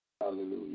Hallelujah